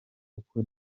kuko